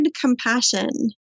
compassion